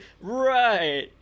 Right